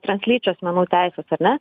translyčių asmenų teises ar ne